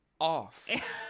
off